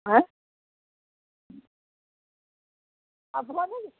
अँए आब भेलै ने